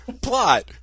Plot